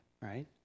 right